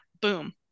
Boom